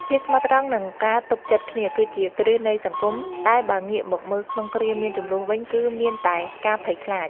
ភាពស្មោះត្រង់និងការទុកចិត្តគ្នាគឺជាគ្រឹះនៃសង្គមតែបើងាកមកមើលក្នុងគ្រាមានជម្លោះវិញគឺមានតែការភ័យខ្លាច។